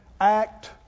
act